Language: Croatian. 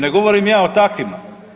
Ne govorim ja o takvima.